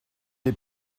les